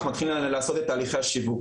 אנחנו מתחילים לעשות את תהליכי השיווק,